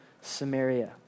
Samaria